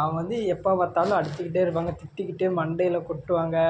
அவங்க வந்து எப்போ பார்த்தாலும் அடிச்சுக்கிட்டே இருப்பாங்க திட்டிக்கிட்டே மண்டையில் கொட்டுவாங்க